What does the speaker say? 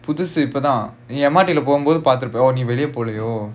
புது இப்போ தான் நீ:puthu ippo thaan nee M_R_T போம்போது பாத்து இருப்ப:pompothu paathu iruppa